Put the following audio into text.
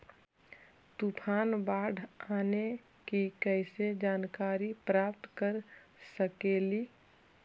तूफान, बाढ़ आने की कैसे जानकारी प्राप्त कर सकेली?